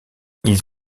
ils